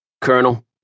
Colonel